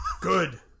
good